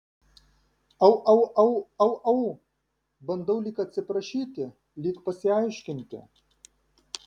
au au au au au bandau lyg atsiprašyti lyg pasiaiškinti